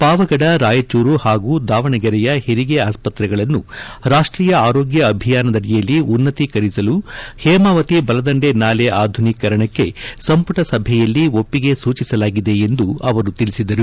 ಪಾವಗಡ ರಾಯಚೂರು ಹಾಗೂ ದಾವಣಗೆರೆಯ ಹೆರಿಗೆ ಆಸ್ಪತ್ರೆಗಳನ್ನು ರಾಷ್ಷೀಯ ಆರೋಗ್ತ ಅಭಿಯಾನದಡಿಯಲ್ಲಿ ಉನ್ನತೀಕರಿಸಲು ಹೇಮಾವತಿ ಬಲದಂಡೆ ನಾಲೆ ಆಧುನೀಕರಣಕ್ಕೆ ಸಂಪುಟ ಸಭೆಯಲ್ಲಿ ಒಪ್ಪಿಗೆ ಸೂಚಿಸಲಾಗಿದೆ ಎಂದು ಹೇಳಿದರು